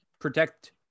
protect